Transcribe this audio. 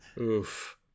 Oof